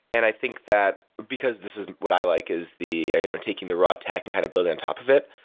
and i think that because this is what i like is you know taking the raw tech and kind of building on top of it.